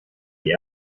die